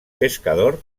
pescador